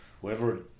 Whoever